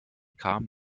kam